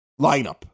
lineup